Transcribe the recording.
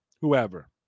Whoever